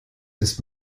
ist